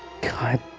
God